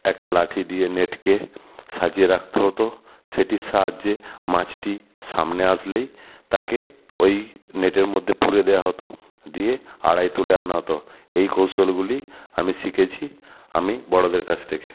একটা লাঠি দিয়ে নেটকে সাজিয়ে রাখতে হতো সেটির সাহায্যে মাছটি সামনে আসলেই তাকে ওই নেটের মধ্যে পুরে দেওয়া হতো দিয়ে আড়ায় তুলে আনা হতো এই কৌশলগুলি আমি শিখেছি আমি বড়োদের কাছ থেকে